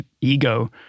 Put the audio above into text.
ego